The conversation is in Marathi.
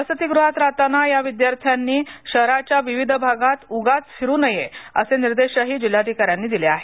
वसतिगृहात राहताना या विद्यार्थ्यांनी शहराच्या विविध भागात उगाच फिरू नये असे निर्देश हि जिल्हाधिकार्यांनी दिले आहेत